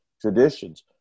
traditions